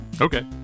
Okay